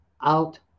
out